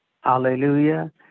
Hallelujah